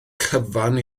cyfan